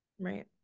Right